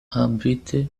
habite